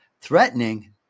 threatening